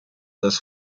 dass